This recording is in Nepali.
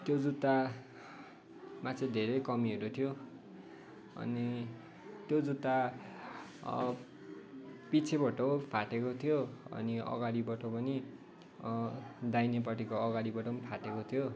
त्यो जुत्तामा चाहिँ धेरै कमीहरू थियो अनि त्यो जुत्ता पछिबाट फाटेको थियो अनि अगाडिबाट पनि दाहिनेपट्टिको अगाडिबाट पनि फाटेको थियो